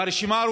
והרשימה של